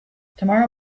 tomorrow